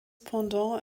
pendant